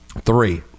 Three